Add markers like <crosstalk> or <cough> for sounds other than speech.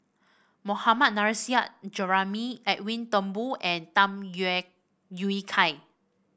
Mohammad Nurrasyid Juraimi Edwin Thumboo and Tham <unintelligible> Yui Kai